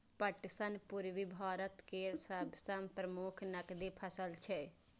पटसन पूर्वी भारत केर सबसं प्रमुख नकदी फसल छियै